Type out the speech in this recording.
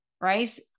Right